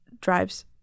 drives